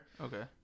okay